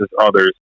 others